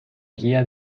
guía